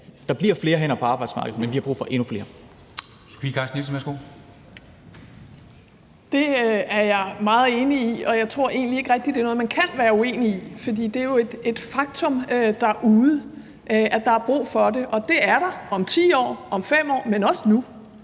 (Henrik Dam Kristensen): Fru Sofie Carsten Nielsen, værsgo. Kl. 10:02 Sofie Carsten Nielsen (RV): Det er jeg meget enig i, og jeg tror egentlig ikke rigtig, det er noget, man kan være uenig i. For det er jo et faktum derude, at der er brug for det. Og det er der om 10 år, om 5 år, men også nu.